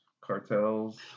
cartels